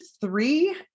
Three